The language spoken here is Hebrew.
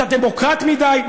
אתה דמוקרט מדי,